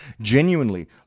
genuinely